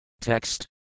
Text